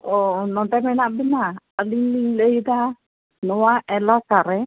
ᱚ ᱱᱚᱸᱰᱮ ᱢᱮᱱᱟᱜ ᱵᱮᱱᱟ ᱟᱹᱞᱤᱧ ᱞᱤᱧ ᱞᱟᱹᱭᱮᱫᱟ ᱱᱚᱶᱟ ᱮᱞᱟᱠᱟᱨᱮ